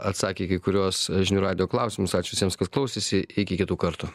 atsakė į kai kuriuos žinių radijo klausimus ačiū visiems kas klausėsi iki kitų kartų